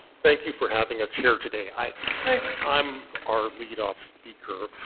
thank you for having us here today. i think i'm our leadoff speaker.